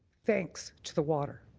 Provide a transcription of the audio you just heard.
thanks to the water.